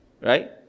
Right